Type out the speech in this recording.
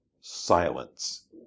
silence